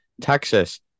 Texas